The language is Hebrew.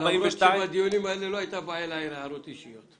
42. למרות שבדיונים האלה לא הייתה בעיה להעיר הערות אישיות.